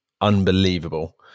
unbelievable